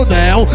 now